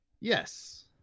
Yes